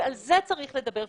ועל זה צריך לדבר.